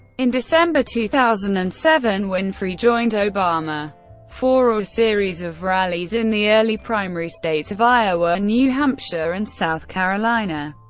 in december two thousand and seven, winfrey joined obama for a series of rallies in the early primary states of iowa, new hampshire, and south carolina.